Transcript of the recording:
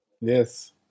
Yes